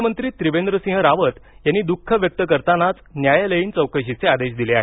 मुख्यमंत्री त्रिवेंद्रसिंह रावत यांनी दुःख व्यक्त करतानाच न्यायालयीन चौकशीचे आदेश दिले आहेत